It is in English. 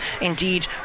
indeed